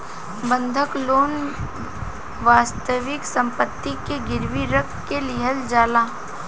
बंधक लोन वास्तविक सम्पति के गिरवी रख के लिहल जाला